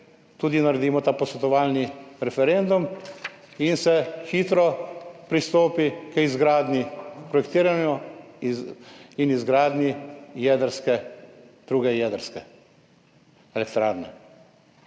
prej naredimo ta posvetovalni referendum in se hitro pristopi k projektiranju in izgradnji druge jedrske elektrarne.